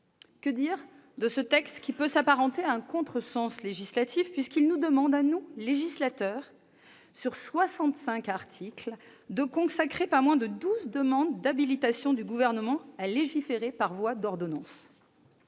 Que dire de ce texte qui peut s'apparenter à un contresens législatif, puisqu'il nous demande, à nous, législateur, de consacrer, sur 65 articles, pas moins de 12 demandes d'habilitation du Gouvernement à légiférer par voie d'ordonnances